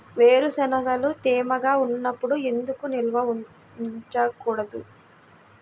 వేరుశనగలు తేమగా ఉన్నప్పుడు ఎందుకు నిల్వ ఉంచకూడదు?